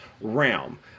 realm